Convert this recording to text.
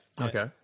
Okay